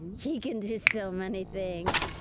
he can do so many things.